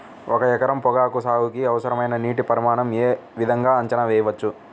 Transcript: ఒక ఎకరం పొగాకు సాగుకి అవసరమైన నీటి పరిమాణం యే విధంగా అంచనా వేయవచ్చు?